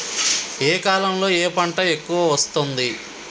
ఏ కాలంలో ఏ పంట ఎక్కువ వస్తోంది?